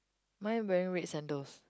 mine wearing red sandals